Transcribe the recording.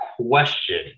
question